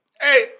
Hey